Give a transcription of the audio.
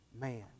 man